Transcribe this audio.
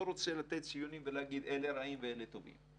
לא רוצה לתת ציונים ולהגיד: אלה רעים ואלה טובים.